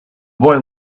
boy